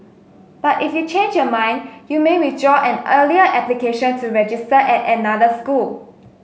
but if you change your mind you may withdraw an earlier application to register at another school